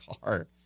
car